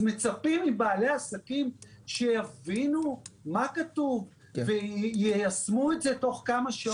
מצפים מבעלי העסקים שיבינו מה כתוב ויישמו את זה בתוך כמה שעות?